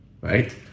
right